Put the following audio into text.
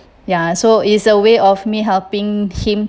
ya so is a way of me helping him